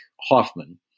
Hoffman